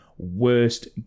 worst